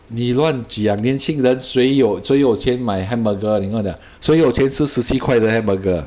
你乱讲年轻人谁有谁有钱买 hamburger 你跟我讲谁有钱吃十七块的 hamburger